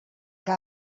que